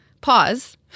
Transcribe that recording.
pause